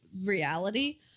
reality